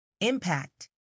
Impact